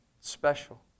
special